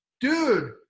dude